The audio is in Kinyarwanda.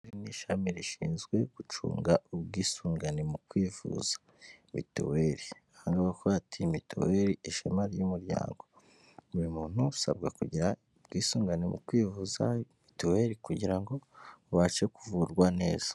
Iri ni ishami rishinzwe gucunga ubwisungane mu kwivuza mitiweli, aha ari kuvuga ati mituweli ishema ry'umuryango, buri muntu usabwa kugira ubwisungane mu kwivuza mitiweli, kugira ngo ubashe kuvurwa neza.